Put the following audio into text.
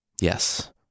Yes